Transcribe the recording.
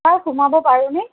sir সোমাব পাৰোঁনে